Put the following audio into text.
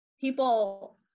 people